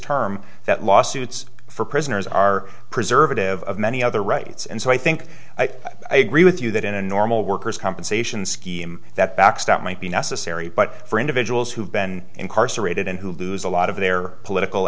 term that lawsuits for prisoners are preservative of many other rights and so i think i agree with you that in a normal worker's compensation scheme that backstop might be necessary but for individuals who have been incarcerated and who lose a lot of their political